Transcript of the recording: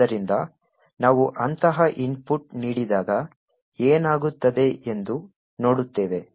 ಆದ್ದರಿಂದ ನಾವು ಅಂತಹ ಇನ್ಪುಟ್ ನೀಡಿದಾಗ ಏನಾಗುತ್ತದೆ ಎಂದು ನೋಡುತ್ತೇವೆ